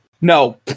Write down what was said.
No